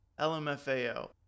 LMFAO